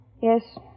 Yes